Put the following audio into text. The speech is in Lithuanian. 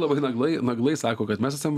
labai naglai naglai sako kad mes esam